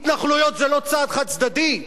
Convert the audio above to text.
התנחלויות זה לא צעד חד-צדדי?